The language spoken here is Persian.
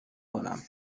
کنم